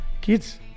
Kids